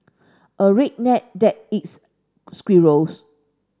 a redneck that eats squirrels